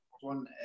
one